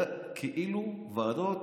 זה כאילו ועדות